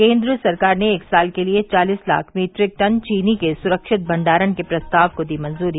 केन्द्र सरकार ने एक साल के लिए चालीस लाख मीट्रिक टन चीनी के सुरक्षित भंडारण के प्रस्ताव को दी स्वीकृति